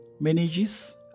manages